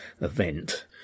event